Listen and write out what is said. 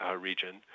region